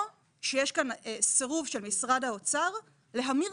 או שיש כאן סירוב של משרד האוצר להמיר